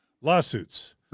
lawsuits